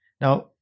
Now